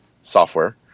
software